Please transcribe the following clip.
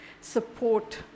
support